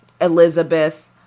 Elizabeth